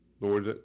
Lord